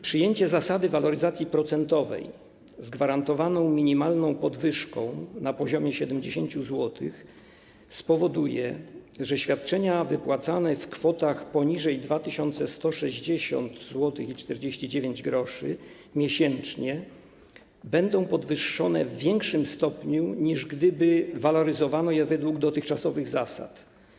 Przyjęcie zasady waloryzacji procentowej z gwarantowaną minimalną podwyżką na poziomie 70 zł spowoduje, że świadczenia wypłacane w kwotach poniżej 2160,49 zł miesięcznie będą podwyższone w większym stopniu, niż gdyby waloryzowano jest według dotychczasowych zasad.